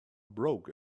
broke